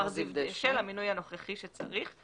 מר זיו דשא למינוי הנוכחי שצריך,